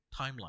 timeline